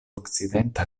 okcidenta